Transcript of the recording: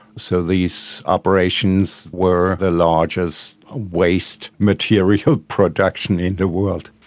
so these operations were the largest waste material production in the world.